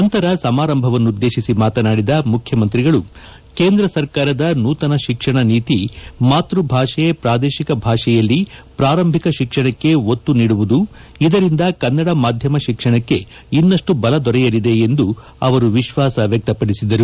ನಂತರ ಸಮಾರಂಭವನ್ನುದ್ದೇತಿಸಿ ಮಾತನಾಡಿದ ಮುಖ್ಯಮಂತ್ರಿಗಳು ಕೇಂದ್ರ ಸರ್ಕಾರದ ನೂತನ ಶಿಕ್ಷಣ ನೀತಿ ಮಾತೃಭಾಷೆ ಪಾದೇಶಿಕ ಭಾಷೆಯಲ್ಲಿ ಪಾರಂಭಿಕ ಶಿಕ್ಷಣಕ್ಕೆ ಒತ್ತು ನೀಡುವುದು ಇದರಿಂದ ಕನ್ನಡ ಮಾಧ್ಯಮ ಶಿಕ್ಷಣಕ್ಕೆ ಇನ್ನಷ್ಟು ಬಲ ದೊರೆಯಲಿದೆ ಎಂದು ಅವರು ವಿಶ್ವಾಸ ವ್ಯಕ್ತಪಡಿಸಿದರು